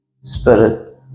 spirit